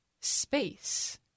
space